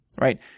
Right